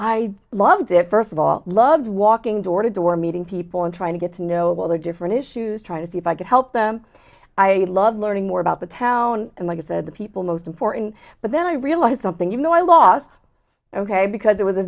i loved it first of all love walking door to door meeting people and trying to get to know all the different issues trying to see if i could help them i love learning more about the town and like i said the people most important but then i realized something you know i lost ok because it was a